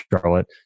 Charlotte